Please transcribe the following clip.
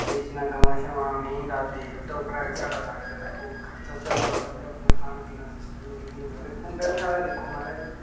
बेचना गवां शवां मेहीं दा ते ओह्दे उप्परा गै साढ़ा बड़ा जादै ओह् खर्चा चलदा होंदा ते अपना खाने पीने दा सिस्टम बी निकली जंदा ते खुंबै बी साढ़े दिक्खो महाराज